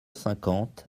cinquante